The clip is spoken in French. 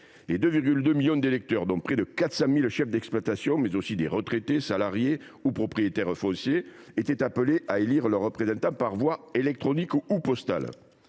les 2,2 millions d’électeurs, dont près de 400 000 chefs d’exploitation, mais aussi des retraités, des salariés ou des propriétaires fonciers, étaient appelés à élire leurs représentants par voie électronique ou postale.